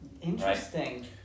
Interesting